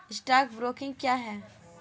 Stock broking क्या है?